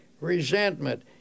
resentment